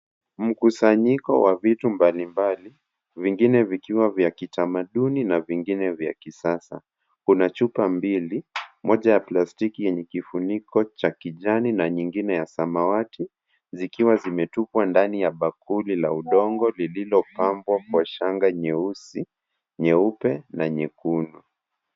Mkusanyiko wa vitu mbalimbali, vingine vikiwa vya kitamaduni na vingine vya kisasa. Kuna chupa mbili, moja ya plastiki yenye kifuniko cha kijani na nyingine ya samawati zikiwa zimetupwa ndani ya bakuli la udongo, lililopambwa kwa shanga nyeusi, nyeupe na nyekundu.